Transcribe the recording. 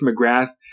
McGrath